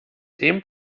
dem